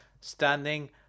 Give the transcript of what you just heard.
standing